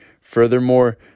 Furthermore